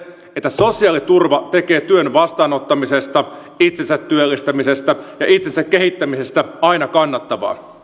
että sosiaaliturva tekee työn vastaanottamisesta itsensä työllistämisestä ja itsensä kehittämisestä aina kannattavan